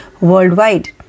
worldwide